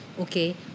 Okay